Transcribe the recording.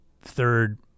third